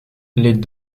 les